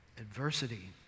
adversity